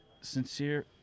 sincere